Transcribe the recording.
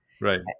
right